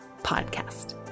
podcast